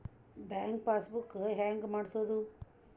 Bank passbook ಹೆಂಗ್ ಮಾಡ್ಸೋದು?